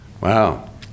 wow